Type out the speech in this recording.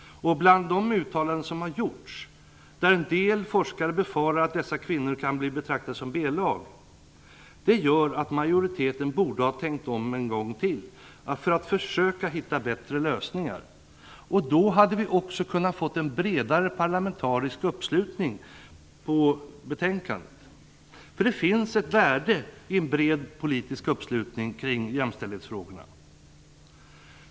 De uttalanden som gjorts, där en del forskare befarar att dessa kvinnor kan komma att betraktas som B-lag, gör att majoriteten borde ha tänkt om en gång till och försökt hitta bättre lösningar. Då hade vi också kunnat få en bredare parlamentarisk uppslutning kring betänkandet. Det finns ett värde i en bred politisk uppslutning kring jämställdhetsfrågorna.